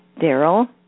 Daryl